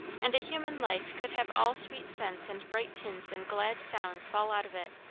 and a human life could have all sweet scents and bright tints and glad sounds fall out of it,